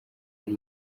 yari